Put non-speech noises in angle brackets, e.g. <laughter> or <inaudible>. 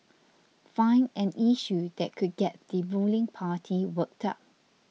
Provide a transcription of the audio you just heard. <noise> find an issue that could get the ruling party worked up